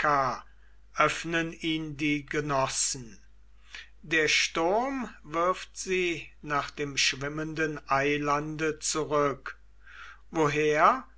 öffnen ihn die genossen der sturm wirft sie nach dem schwimmenden eilande zurück woher